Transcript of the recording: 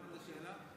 לא שמעתי את השאלה.